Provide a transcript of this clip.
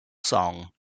song